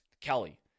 Kelly